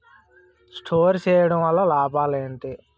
Store చేయడం వల్ల లాభాలు ఏంటి?